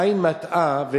שהעין מטעה,